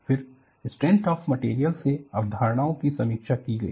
फिर strength of material से अवधारणाओं की समीक्षा की गई